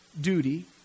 duty